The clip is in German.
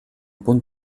bund